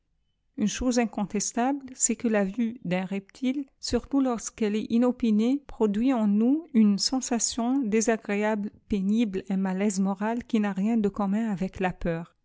unie ciièse incontestable c'est que la vue d'un reptile surtout ior sqù'elle est inopinée produit en nous une sensation désagréable pénible un matarise moral qui n'a rien de commui avec la peur